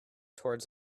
towards